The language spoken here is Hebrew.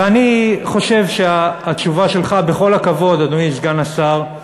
ואני חושב שהתשובה שלך, בכל הכבוד, אדוני סגן השר,